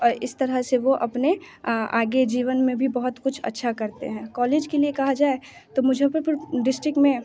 और इस तरह से वो अपने आगे जीवन में भी बहुत कुछ अच्छा करते हैं कॉलेज के लिए कहा जाए तो मुजफ्फरपुर डिस्टिक में